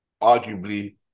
arguably